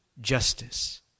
justice